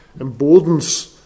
emboldens